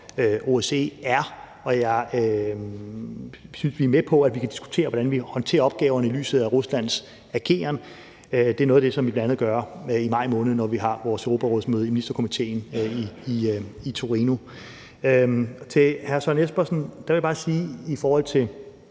og OSCE er, og jeg er med på, at vi kan diskutere, hvordan vi håndterer opgaverne i lyset af Ruslands ageren. Det er noget, som vi bl.a. vil gøre i maj måned, når vi har vores europarådsmøde i Ministerkomitéen i Torino. Til hr. Søren Espersen vil jeg bare sige i forhold til